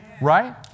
Right